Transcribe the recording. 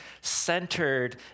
centered